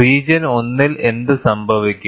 region 1 ൽ എന്ത് സംഭവിക്കും